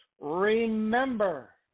remember